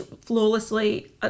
flawlessly